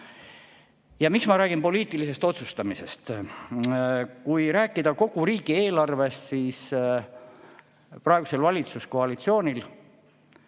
ma räägin poliitilisest otsustamisest? Kui rääkida kogu riigieelarvest, siis praegusel valitsuskoalitsioonil